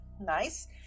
nice